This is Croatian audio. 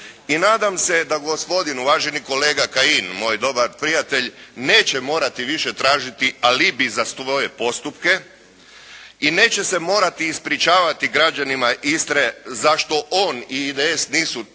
I nadam se da gospodin uvaženi kolega Kajin, moj dobar prijatelj, neće morati više tražiti alibi za svoje postupke i neće se morati ispričavati građanima Istre zašto on i IDS nisu 13.